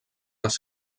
les